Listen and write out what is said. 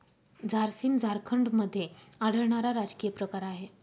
झारसीम झारखंडमध्ये आढळणारा राजकीय प्रकार आहे